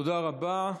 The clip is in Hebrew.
תודה רבה.